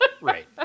Right